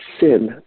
sin